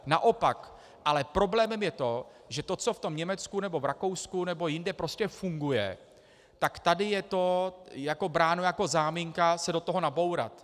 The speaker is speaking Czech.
Naopak problémem je to, že to, co v tom Německu nebo Rakousku nebo jinde prostě funguje, tak tady je to bráno jako záminka se do toho nabourat.